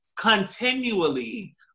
continually